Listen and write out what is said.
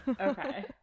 Okay